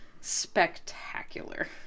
spectacular